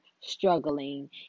struggling